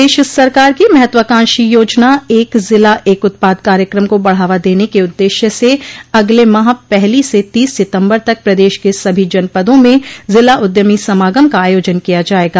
प्रदेश सरकार की महत्वाकांक्षी योजना एक जिला एक उत्पाद कार्यक्रम को बढ़ावा देने के उद्देश्य से अगले माह पहली से तीस सितम्बर तक प्रदेश के सभी जनपदों में जिला उद्यमी समागम का आयोजन किया जायेगा